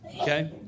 okay